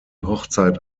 hochzeit